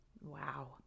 wow